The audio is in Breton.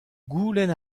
goulenn